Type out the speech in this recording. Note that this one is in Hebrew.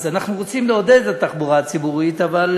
אז אנחנו רוצים לעודד את התחבורה הציבורית, אבל